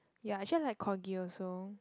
ya actually I like corgi also